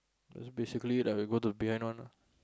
that's basically like we go to behind one ah